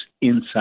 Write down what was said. inside